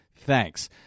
Thanks